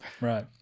right